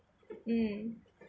mm